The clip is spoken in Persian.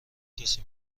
کسی